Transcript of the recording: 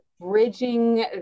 bridging